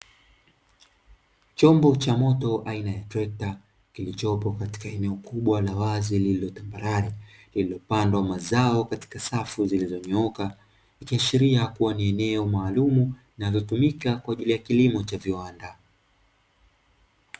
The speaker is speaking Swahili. Chombo cha moto aina ya trekta kilichopo katika eneo kubwa la wazi lililo tambarare, lililopandwa mazao katika safu zilizonyooka ikiashiria kuwa ni eneo maalumu linalotumika kwaajili ya kilimo cha viwanda.